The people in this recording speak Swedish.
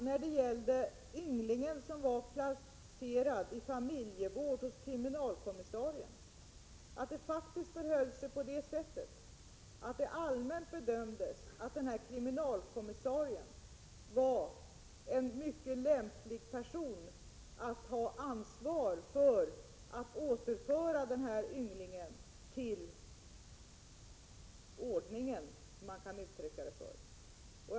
När det gäller ynglingen som var placerad i familjevård hos en kriminalkommissarie misstänker jag att det allmänt bedömdes att denne kriminalkommissarie var en mycket lämplig person att ha ansvar för att återföra ynglingen till ordningen, som man skulle kunna uttrycka det.